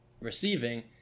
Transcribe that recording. receiving